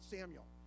Samuel